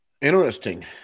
Interesting